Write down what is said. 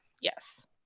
yes